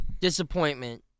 disappointment